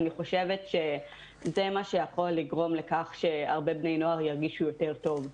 אני חושבת שזה מה שיכול לגרום לכך שהרבה בני נוער ירגישו יותר טוב.